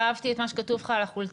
ואהבתי את מה שכתוב לך על החולצה,